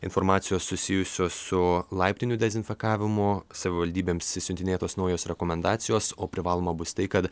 informacijos susijusios su laiptinių dezinfekavimu savivaldybėms išsiuntinėtos naujos rekomendacijos o privaloma bus tai kad